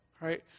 right